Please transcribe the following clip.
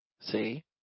See